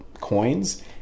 coins